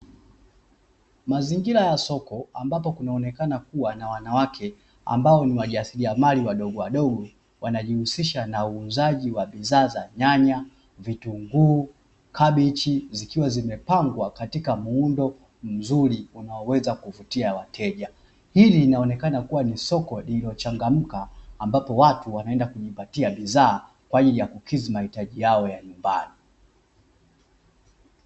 Mazingira ya soko ambapo kunaonekana kuna wanawake ambao ni wajasiliamali wadogowadogo wanajihusisha na uuzajia wa bidhaa za nyanya, vitunguu, kabechi zikiwa zimepangwa katika muundo mzuri unao weza kuvutia wateja. hili linaonekana kuwa ni soko lililo changamka ambapo watu wanaenda kujipatia bidhaa kwa ajili ya kukidhi mahitaji yao ya nyumbani.